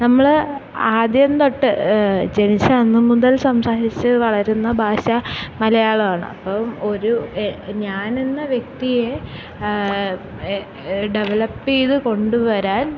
നമ്മൾ ആദ്യം തൊട്ട് ജനിച്ച അന്നു മുതൽ സംസാരിച്ച് വളരുന്ന ഭാഷ മലയാളമാണ് അപ്പം ഒരു ഞാനെന്ന വ്യക്തിയെ ഡെവലപ്പ് ചെയ്തു കൊണ്ടു വരാൻ